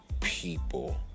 people